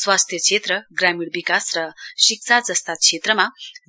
स्वास्थ्य क्षेत्र ग्रामीण विकास र शिक्षा जस्ता क्षेत्रमा